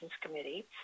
committee